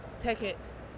tickets